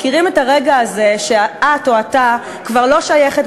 מכירים את הרגע הזה שאת או אתה כבר לא שייכת